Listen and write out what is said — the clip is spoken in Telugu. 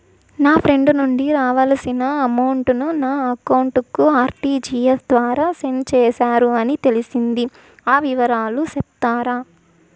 నా ఫ్రెండ్ నుండి రావాల్సిన అమౌంట్ ను నా అకౌంట్ కు ఆర్టిజియస్ ద్వారా సెండ్ చేశారు అని తెలిసింది, ఆ వివరాలు సెప్తారా?